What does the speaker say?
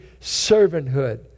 servanthood